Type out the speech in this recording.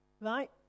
Right